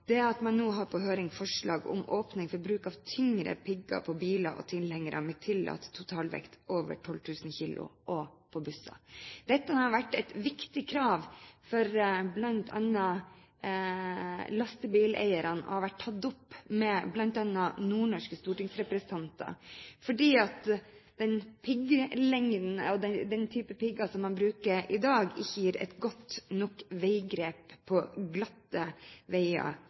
er at man nå har på høring forslag om åpning for bruk av tyngre pigger på biler og tilhengere med tillatt totalvekt over 12 000 kg og på busser. Dette har vært et viktig krav for bl.a. lastebileierne og har vært tatt opp med bl.a. nordnorske stortingsrepresentanter, fordi den typen pigger som man bruker i dag, gir ikke et godt nok veigrep på glatte veier